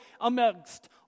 Amongst